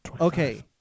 okay